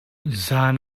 zaan